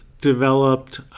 developed